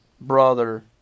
brother